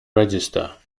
register